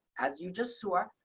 as you just saw,